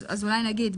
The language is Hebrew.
אז אולי נגיד,